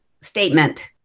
statement